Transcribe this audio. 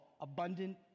abundant